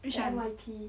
which one